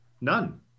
None